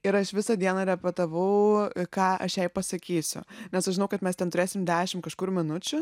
ir aš visą dieną repetavau ką aš jai pasakysiu nes aš žinau kad mes ten turėsim dešimt kažkur minučių